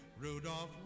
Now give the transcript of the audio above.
Rudolph